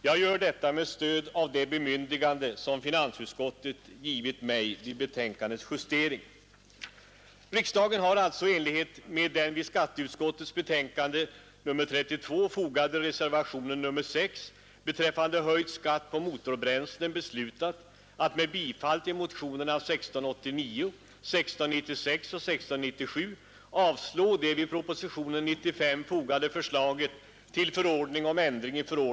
Jag gör dessa yrkanden med stöd av det bemyndigande som finansutskottet givit mig vid betänkandets justering.